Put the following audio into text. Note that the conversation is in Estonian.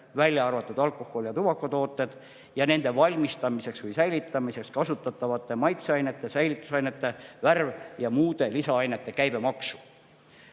välja arvatud alkohol ja tubakatooted – ja nende valmistamiseks või säilitamiseks kasutatavate maitseainete, säilitusainete, värv- ja muude lisaainete käibemaks.